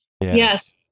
Yes